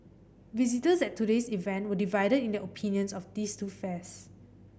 visitors at today's event were divided in their opinions of these two fairs